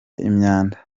imyanda